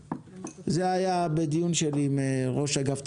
זה היה בדיון שלי עם ראש אגף תקציבים.